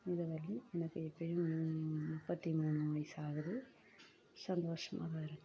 இதுவரையும் எனக்கு இப்போயும் முப்பத்தி மூணு வயது ஆகுது சந்தோஷமாக தான் இருக்கேன்